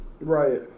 Right